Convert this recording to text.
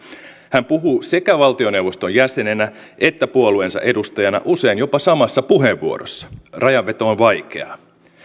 hän puhuu sekä valtioneuvoston jäsenenä että puolueensa edustajana usein jopa samassa puheenvuorossa rajanveto on vaikeaa